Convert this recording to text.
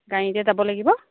গাড়ীতে যাব লাগিব